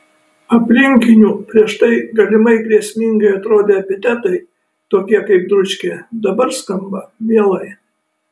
aplinkinių prieš tai galimai grėsmingai atrodę epitetai tokie kaip dručkė dabar skamba mielai